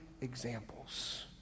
examples